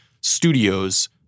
studios